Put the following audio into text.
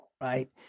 right